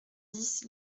dix